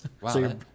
Wow